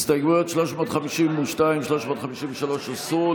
הסתייגויות 352, 353 הוסרו.